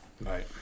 right